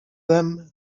them